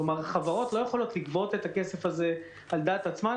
כלומר חברות לא יכולות לגבות את הכסף הזה על דעת עצמן,